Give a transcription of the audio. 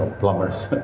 plumbers